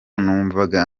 numvaga